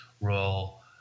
role